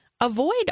avoid